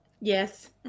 yes